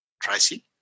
Tracy